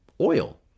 Oil